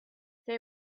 say